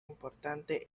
importantes